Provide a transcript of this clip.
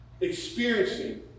experiencing